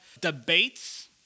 Debates